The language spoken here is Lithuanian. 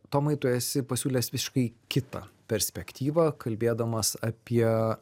tomai tu esi pasiūlęs visiškai kitą perspektyvą kalbėdamas apie